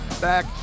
back